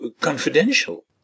confidential